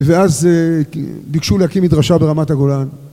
ואז ביקשו להקים מדרשה ברמת הגולן